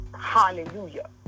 Hallelujah